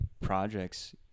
projects